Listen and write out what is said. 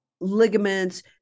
ligaments